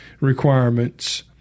Requirements